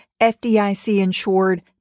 FDIC-insured